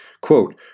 Quote